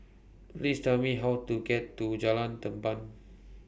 Please Tell Me How to get to Jalan Tamban